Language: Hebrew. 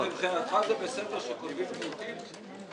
אחמד, מבחינתך זה בסדר שכותבים מיעוטים?